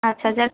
আচ্ছা আচ্ছা আর